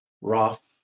Roth